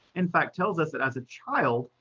in fact tells us that as a child,